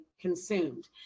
consumed